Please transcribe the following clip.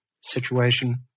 situation